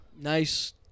Nice